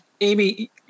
Amy